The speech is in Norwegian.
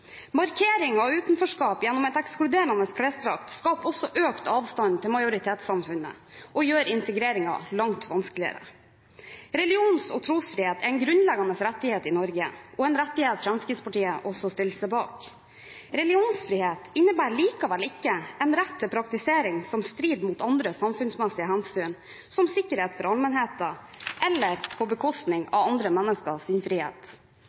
Markering av utenforskap gjennom en ekskluderende klesdrakt skaper også økt avstand til majoritetssamfunnet og gjør integrering langt vanskeligere. Religions- og trosfrihet er en grunnleggende rettighet i Norge og en rettighet Fremskrittspartiet også stiller seg bak. Religionsfrihet innebærer likevel ikke en rett til praktisering som strider mot andre samfunnsmessige hensyn, som sikkerhet for allmennheten, eller på bekostning av andre menneskers frihet.